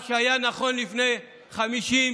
מה שהיה נכון לפני 50,